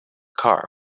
car